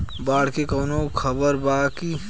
बाढ़ के कवनों खबर बा की?